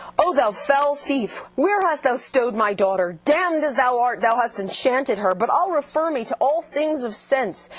oh thou fell thief where hast thou stowed my daughter? damned as thou art, thou hast enchanted her for but i'll refer me to all things of sense,